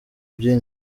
byinshi